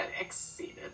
exceeded